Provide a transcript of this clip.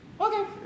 Okay